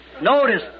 Notice